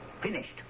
Finished